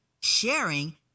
sharing